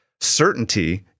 certainty